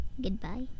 Goodbye